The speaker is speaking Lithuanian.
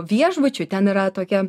viešbučio ten yra tokia